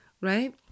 right